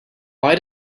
why